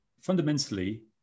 Fundamentally